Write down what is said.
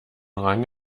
rang